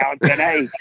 today